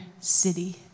city